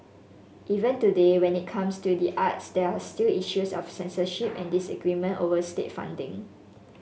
even today when it comes to the arts there are still issues of censorship and disagreement over state funding